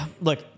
look